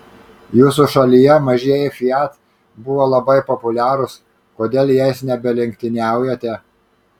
jūsų šalyje mažieji fiat buvo labai populiarūs kodėl jais nebelenktyniaujate